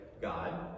God